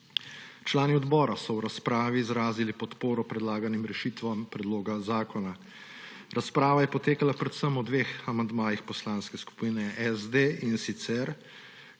Člani odbora so v razpravi izrazili podporo predlaganim rešitvam predloga zakona. Razprava je potekala predvsem o dveh amandmajih Poslanske skupine SD, in sicer